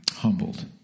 Humbled